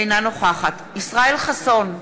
אינה נוכחת ישראל חסון,